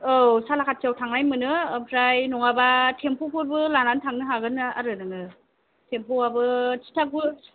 औ सालाखाथियाव थांनाय मोनो ओमफ्राय नङाबा टेम्फुफोरबो लानानै थांनो हागोन आरो नोङो टेम्फुआबो थिथागुरि